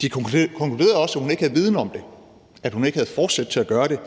De konkluderede også, at hun ikke havde viden om det, at hun ikke havde forsæt til at gøre det,